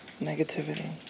negativity